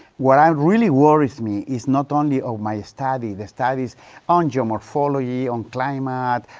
what, ah, really worries me is not only, ah, my study, the studies on geomorphology, on climate,